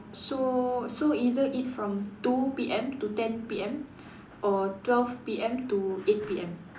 so so either eat from two P_M to ten P_M or twelve P_M to eight P_M